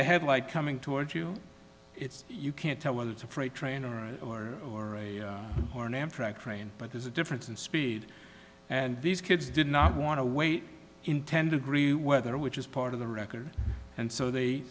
a headlight coming towards you it's you can't tell whether it's a freight train or or or an amtrak train but there's a difference in speed and these kids did not want to wait in ten degree weather which is part of the record and so they